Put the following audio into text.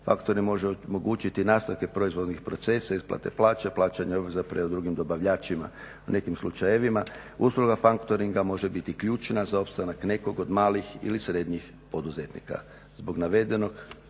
Factoring može omogućiti nastavke prizvoljnih procesa, isplate plaće, plaćanje obveza prema drugim dobavljačima. U nekim slučajevima usluga factoringa može biti ključna za opstanak nekog od malih ili srednjih poduzetnika.